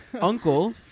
Uncle